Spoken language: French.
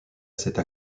cette